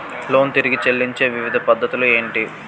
Loan తిరిగి చెల్లించే వివిధ పద్ధతులు ఏంటి?